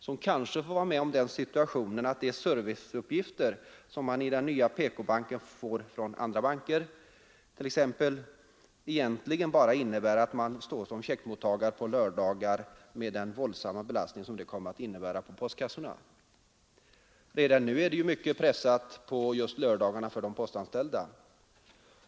Man kanske får vara med om den situationen att de serviceuppgifter som den nya PK-banken får från andra banker egentligen bara innebär att man står som checkmottagare på lördagar med den våldsamma belastning som det kommer att innebära på postkassorna. Redan nu är det mycket pressat på just lördagarna för de postanställda.